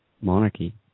monarchy